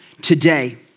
today